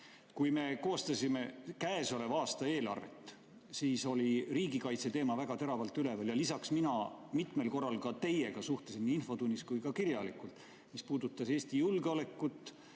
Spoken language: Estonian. Kui me koostasime käesoleva aasta eelarvet, siis oli riigikaitseteema väga teravalt üleval. Lisaks mina mitmel korral teiega suhtlesin nii infotunnis kui ka kirjalikult, mis puudutas Eesti julgeolekut,